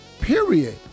period